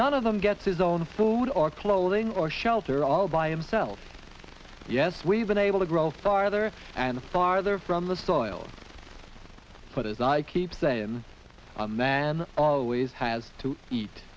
none of them gets his own food or clothing or shelter all by himself yes we've been able to grow farther and farther from the soil but as i keep saying man always has to eat